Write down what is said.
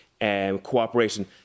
cooperation